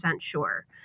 sure